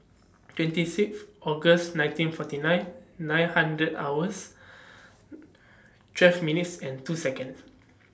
twenty Sixth August nineteen forty nine nine hundred hours twelve minutes and two Seconds